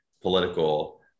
political